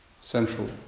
central